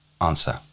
Answer